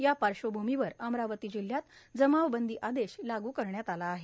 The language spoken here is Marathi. या पाश्वभूमीवर अमरावती जिल्ह्यात जमावबंदी आदेश लागू करण्यात आला आहे